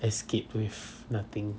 escape with nothing